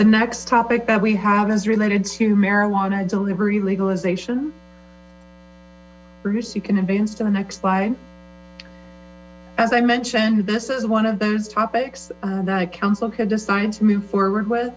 the next topic that we have is related to marijuana delivery legalization you can advance to the next slide as i mentioned this is one of those topics that council could decide to move forward with